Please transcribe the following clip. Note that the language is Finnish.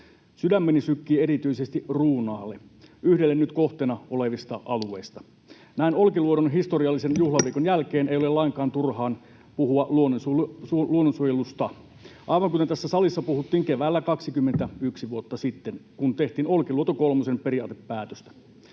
Sydämeni sykkii erityisesti Ruunaalle, yhdelle nyt kohteena olevista alueista. Näin Olkiluodon historiallisen juhlaviikon jälkeen ei ole lainkaan turhaa puhua luonnonsuojelusta — aivan kuten tässä salissa puhuttiin keväällä 21 vuotta sitten, kun tehtiin Olkiluoto kolmosen periaatepäätöstä.